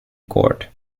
court